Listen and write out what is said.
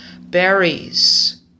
berries